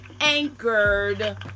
anchored